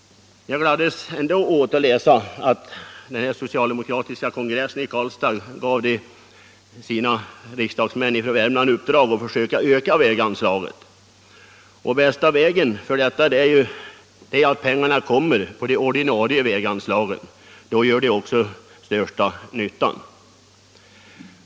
Jag gladdes ändå åt att läsa att den socialdemokratiska kongressen i Karlstad gav sina riksdagsmän från Värmland i uppdrag att försöka öka väganslaget. Bästa sättet för detta är att pengarna kommer på de ordinarie väganslagen. Då gör de den största nyttan.